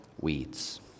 weeds